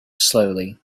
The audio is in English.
slowly